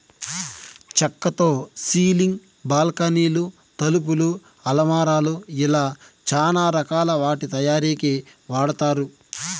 చక్కతో సీలింగ్, బాల్కానీలు, తలుపులు, అలమారాలు ఇలా చానా రకాల వాటి తయారీకి వాడతారు